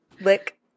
Lick